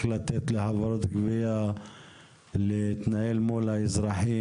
לתת לחברות גבייה להתנהל מול האזרחים,